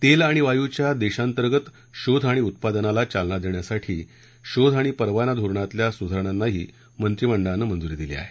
तेल आणि वायूच्या देशांतर्गत शोध आणि उत्पादनाला चालना देण्यासाठी शोध आणि परवाना धोरणातल्या सुधारणांनाही मंत्रिमंडळानं मंजुरी दिली आहे